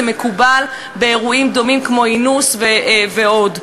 זה מקובל באירועים דומים כמו אינוס ועוד.